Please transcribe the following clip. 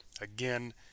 Again